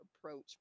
approach